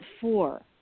four